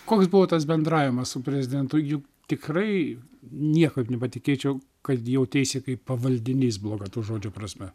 koks buvo tas bendravimas su prezidentu juk tikrai niekad nepatikėčiau kad jauteisi kaip pavaldinys bloga to žodžio prasme